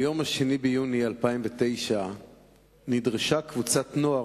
ביום 2 ביוני 2009 נדרשה קבוצת נוער